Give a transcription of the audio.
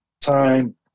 time